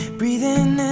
breathing